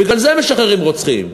בגלל זה משחררים רוצחים,